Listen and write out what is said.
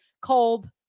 cold